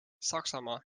saksamaa